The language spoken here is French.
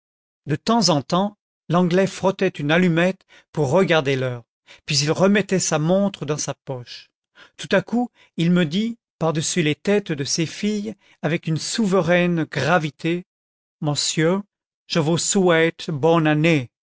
de temps en temps l'anglais frottait une allumette pour regarder l'heure puis il remettait sa montre dans sa poche tout à coup il me dit par-dessus les têtes de ses filles avec une souveraine gravité mosieu je vous souhaite bon année